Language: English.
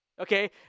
Okay